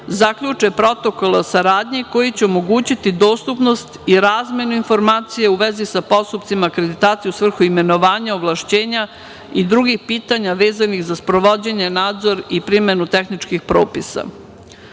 zaključe protokol saradnje koji će omogućiti dostupnost i razmenu informacija u vezi sa postupcima akreditacije u svrhu imenovanja, ovlašćenja i drugih pitanja vezanih za sprovođenje nadzora i primenu tehničkih propisa. Takođe,